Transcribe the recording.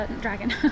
dragon